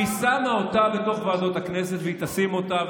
היא שמה אותה בתוך ועדות הכנסת, היא תשים אותה.